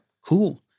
Cool